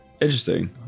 Interesting